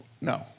No